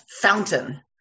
fountain